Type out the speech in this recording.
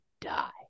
die